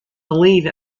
believe